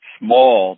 small